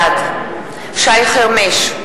בעד שי חרמש,